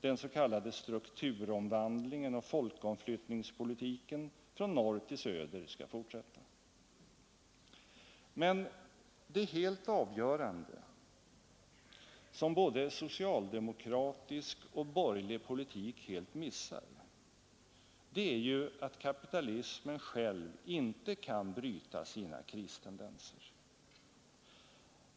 Den s.k. strukturomvandlingen och folkomflyttningspolitiken från norr till söder skall fortsätta. Men det helt avgörande, som både socialdemokratisk och borgerlig politik helt missar, är ju att kapitalismen själv inte kan bryta sina kristendenser.